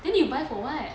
then you buy for what